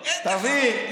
תחרות.